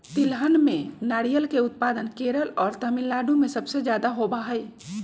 तिलहन में नारियल के उत्पादन केरल और तमिलनाडु में सबसे ज्यादा होबा हई